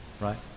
Right